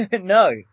No